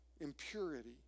impurity